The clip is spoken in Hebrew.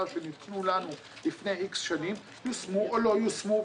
שניתנו לנו לפני איקס שנים יושמו או לא יושמו,